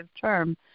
term